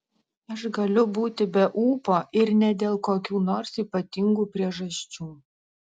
aš galiu būti be ūpo ir ne dėl kokių nors ypatingų priežasčių